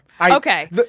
Okay